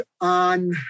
on